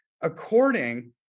according